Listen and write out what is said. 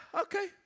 Okay